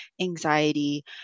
anxiety